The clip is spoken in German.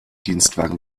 dienstwagen